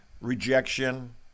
Rejection